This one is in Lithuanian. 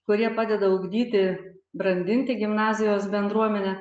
kurie padeda ugdyti brandinti gimnazijos bendruomenę